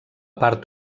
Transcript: part